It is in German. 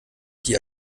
die